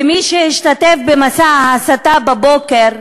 ומי שהשתתף במסע ההסתה בבוקר,